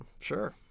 sure